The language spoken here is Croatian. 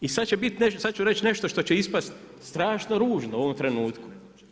I sad ću reći nešto što će ispast strašno ružno u ovom trenutku.